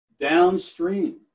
downstream